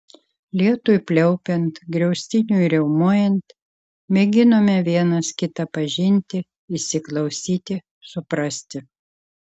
lietui pliaupiant griaustiniui riaumojant mėginome vienas kitą pažinti įsiklausyti suprasti